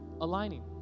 aligning